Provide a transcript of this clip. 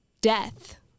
death